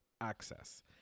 access